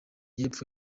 y’epfo